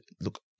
look